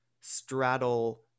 straddle